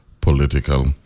political